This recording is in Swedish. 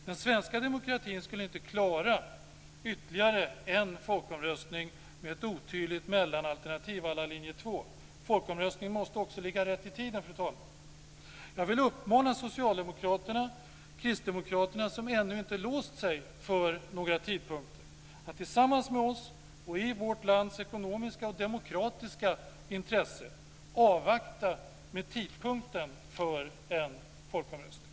Den svenska demokratin skulle inte klara ytterligare en folkomröstning med ett otydligt mellanalternativ à la linje 2. Folkomröstningen måste också ligga rätt i tiden, fru talman. Jag vill uppmana Socialdemokraterna och Kristdemokraterna, som ännu inte låst sig för några tidpunkter, att tillsammans med oss och i vårt lands ekonomiska och demokratiska intresse avvakta med tidpunkten för en folkomröstning.